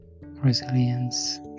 Resilience